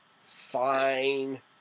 Fine